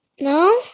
No